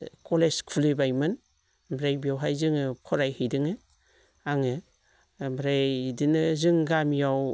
college खुलिबायमोन ओमफ्राय बेवहाय जोङो फरायहैदों आङो ओमफ्राय बिदिनो जों गामियाव